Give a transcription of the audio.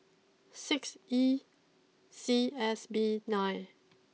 six E C S B nine